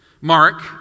Mark